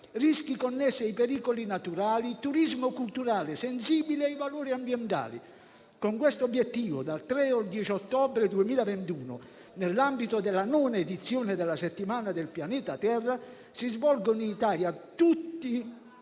rischi connessi ai pericoli naturali, turismo culturale sensibile ai valori ambientali. Con questo obiettivo, dal 3 al 10 ottobre 2021, nell'ambito della nona edizione della Settimana del pianeta Terra, si svolgono in Italia tanti